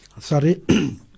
Sorry